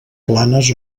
planes